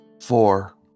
Four